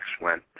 went